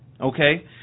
okay